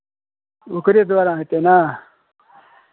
ओकरे दुआरा हेतै ने